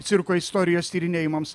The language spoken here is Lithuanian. cirko istorijos tyrinėjimams